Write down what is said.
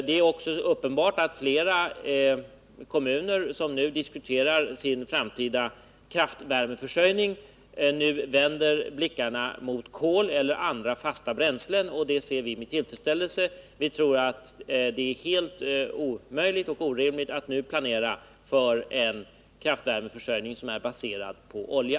Det är också uppenbart att flera kommuner som nu diskuterar sin framtida kraftvärmeförsörjning vänder blickarna mot kol och andra fasta bränslen, och det ser vi med tillfredsställelse. Vi tror att det är helt omöjligt och orimligt att nu planera för en kraftvärmeförsörjning som är baserad på olja.